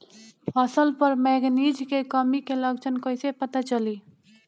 फसल पर मैगनीज के कमी के लक्षण कइसे पता चली?